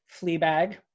Fleabag